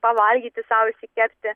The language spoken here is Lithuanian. pavalgyti sau išsikepti